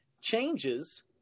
changes